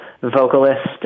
vocalist